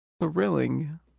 thrilling